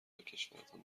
وکشورتان